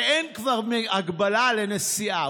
הרי אין כבר הגבלה על נסיעה,